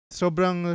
sobrang